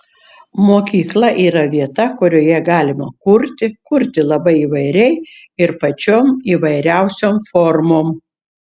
mokykla yra vieta kurioje galima kurti kurti labai įvairiai ir pačiom įvairiausiom formom